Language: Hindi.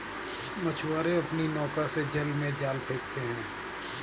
मछुआरे अपनी नौका से जल में जाल फेंकते हैं